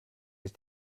ist